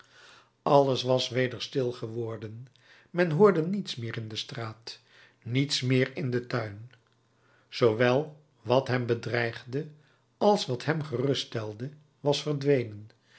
alles was weder stil geworden men hoorde niets meer in de straat niets meer in den tuin zoowel wat hem bedreigde als wat hem geruststelde was verdwenen